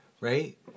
right